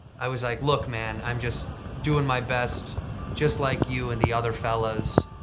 i was like, look man, i'm just doing my best just like you and the other fellas.